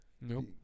No